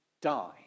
die